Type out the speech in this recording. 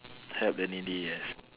help the needy yes